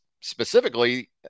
specifically